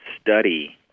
study